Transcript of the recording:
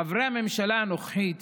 חברי הממשלה הנוכחית